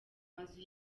mazu